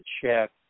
check